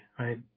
Right